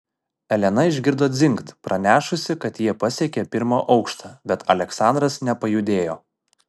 elena išgirdo dzingt pranešusį kad jie pasiekė pirmą aukštą bet aleksandras nepajudėjo